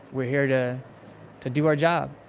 we're here to to do our job.